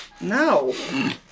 No